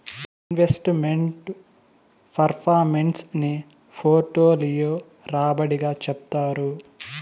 invest meant performance ని portfolio రాబడి గా చెప్తారు